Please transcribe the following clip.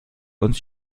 und